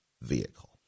vehicle